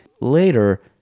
later